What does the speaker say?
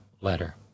letter